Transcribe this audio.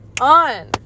On